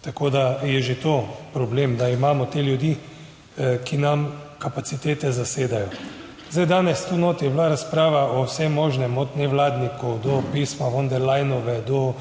tako da je že to problem, da imamo te ljudi, ki nam kapacitete zasedajo. Zdaj danes tu notri je bila razprava o vsem možnem, od nevladnikov do pisma von der Leynove, do